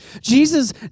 Jesus